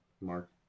Mark